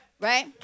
right